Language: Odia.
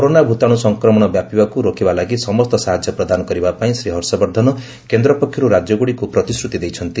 କରୋନା ଭୂତାଣୁ ସଂକ୍ରମଣ ବ୍ୟାପିବାକୁ ରୋକିବା ଲାଗି ସମସ୍ତ ସାହାଯ୍ୟ ପ୍ରଦାନ କରିବା ପାଇଁ ଶ୍ରୀ ହର୍ଷବର୍ଦ୍ଧନ କେନ୍ଦ୍ର ପକ୍ଷରୁ ରାଜ୍ୟଗୁଡ଼ିକୁ ଆଶ୍ୱାସନା ଦେଇଛନ୍ତି